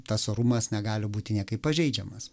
tas orumas negali būti niekaip pažeidžiamas